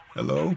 Hello